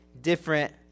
different